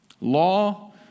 Law